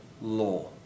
law